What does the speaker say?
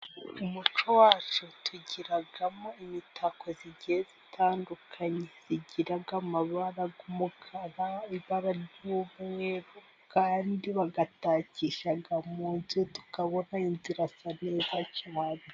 Umuco wacu tugiramo imitako igiye itandukanye igiraga amabara, umukara, ibara ry'umweru, kandi bayitakisha munzu tukabona inzu ari nziza cyane.